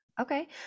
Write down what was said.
Okay